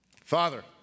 Father